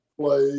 play